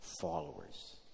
followers